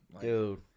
Dude